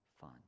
fun